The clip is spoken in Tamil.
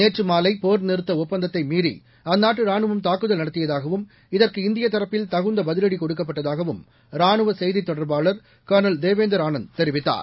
நேற்று மாலை போர் நிறுத்த ஒப்பந்தத்தை மீறி அந்நாட்டு ரானுவம் தாக்குதல் நடத்தியதாகவும் இதற்கு இந்திய தரப்பில் தகுந்த பதிவடி கொடுக்கப்பட்டதாகவும் ரானுவ செய்தி தொடர்பாளர் கர்னல் தேவந்தர் ஆனந்த் தெரிவித்தார்